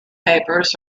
papers